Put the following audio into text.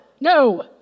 no